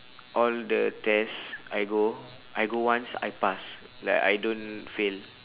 all the test I go I go once I pass like I don't fail